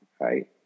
right